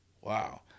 Wow